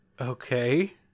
Okay